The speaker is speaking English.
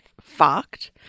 fucked